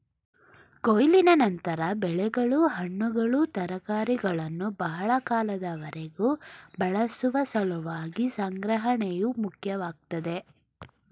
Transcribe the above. ಕೊಯ್ಲಿನ ನಂತರ ಬೆಳೆಗಳು ಹಣ್ಣುಗಳು ತರಕಾರಿಗಳನ್ನು ಬಹಳ ಕಾಲದವರೆಗೆ ಬಳಸುವ ಸಲುವಾಗಿ ಸಂಗ್ರಹಣೆಯು ಮುಖ್ಯವಾಗ್ತದೆ